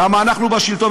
כי אנחנו בשלטון,